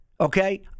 okay